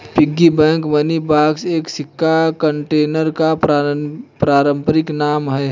piggy bank money box एक सिक्का container का पारंपरिक नाम है